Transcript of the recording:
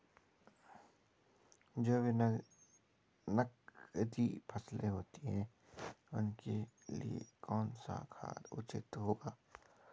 जो भी नकदी फसलें होती हैं उनके लिए कौन सा खाद उचित होगा?